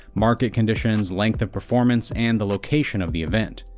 market conditions, length of performance and the location of the event.